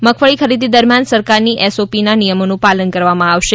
મગફળી ખરીદી દરમિયાન સરકારની એસઓપીના નિયમોનું પાલન કરવામાં આવશે